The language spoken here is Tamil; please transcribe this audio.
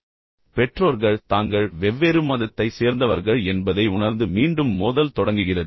இப்போது பெற்றோர்கள் தாங்கள் வெவ்வேறு மதத்தைச் சேர்ந்தவர்கள் என்பதை உணர்ந்து மீண்டும் மோதல் தொடங்குகிறது